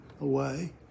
away